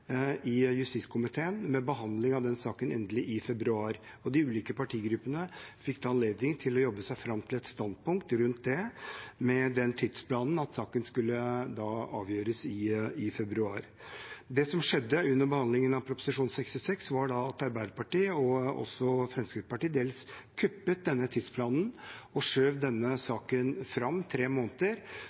i justiskomiteen under behandlingen av denne saken endelig i februar, og de ulike partigruppene fikk da anledning til å jobbe seg fram til et standpunkt rundt det, med den tidsplanen at saken skulle avgjøres i februar. Det som skjedde under behandlingen av Prop. 66 L, var at Arbeiderpartiet og også Fremskrittspartiet kuppet denne tidsplanen og skjøv denne saken fram tre måneder,